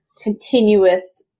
continuous